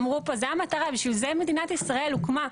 אמרו פה, זו המטרה, בשביל זה מדינת ישראל הוקמה,